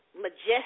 majestic